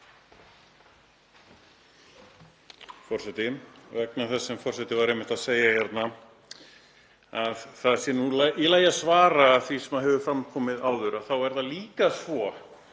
Forseti. Vegna þess sem forseti var að segja hérna, að það sé í lagi að svara því sem hefur fram komið áður, þá er það líka svo